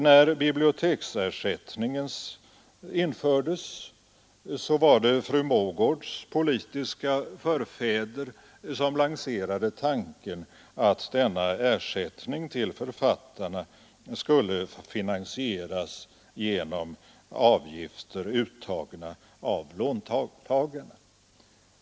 När biblioteksersättningen infördes var det fru Mogårds politiska förfäder som lanserade tanken att denna ersättning till författarna skulle finansieras med avgifter som uttogs av låntagarna.